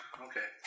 Okay